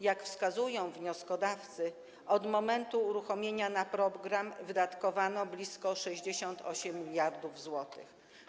Jak wskazują wnioskodawcy, od momentu uruchomienia na program wydatkowano blisko 68 mld zł.